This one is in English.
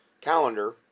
calendar